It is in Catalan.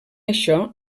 això